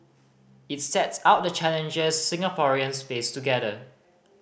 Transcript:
it sets out the challenges Singaporeans face together